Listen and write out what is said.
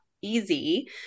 easy